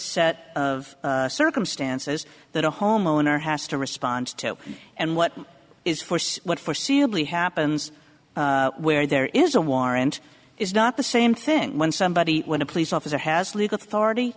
set of circumstances that a homeowner has to respond to and what is force what for happens where there is a warrant is not the same thing when somebody when a police officer has legal authority